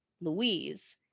Louise